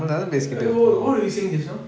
eh what what were you saying just now